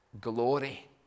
glory